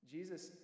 Jesus